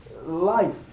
life